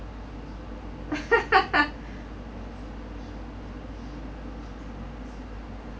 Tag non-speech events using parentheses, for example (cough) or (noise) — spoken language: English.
(laughs)